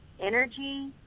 energy